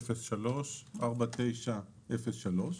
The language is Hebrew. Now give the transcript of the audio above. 03-5034903,